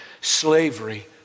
slavery